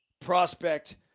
prospect